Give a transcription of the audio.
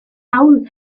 ahul